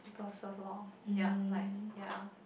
people serve lor ya like ya